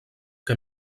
que